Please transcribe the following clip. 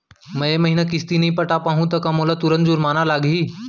मैं ए महीना किस्ती नई पटा पाहू त का मोला तुरंत जुर्माना लागही?